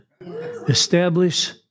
establish